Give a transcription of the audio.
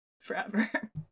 forever